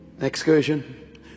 excursion